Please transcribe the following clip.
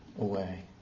away